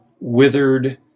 withered